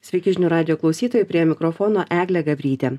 sveiki žinių radijo klausytojai prie mikrofono eglė gabrytė